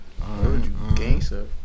gangster